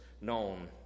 known